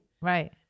Right